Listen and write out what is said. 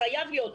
חייב להיות.